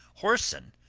whoreson,